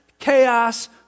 chaos